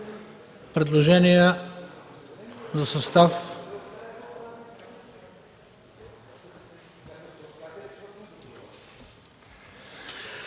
Предложения за състав.